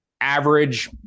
average